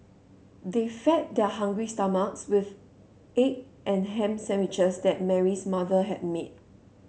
they fed their hungry stomachs with egg and ham sandwiches that Mary's mother had made